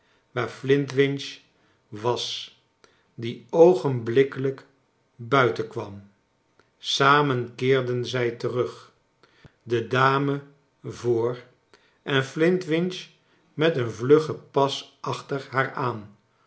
waar ellntwinch was die oogenblikkelijk buiten kwam samen keerden zij terug de dame voor en elintwinch met een vluggen pas achter haar aan